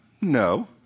No